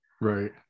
Right